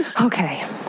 Okay